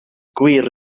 gwir